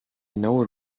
know